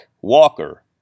Walker